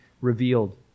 revealed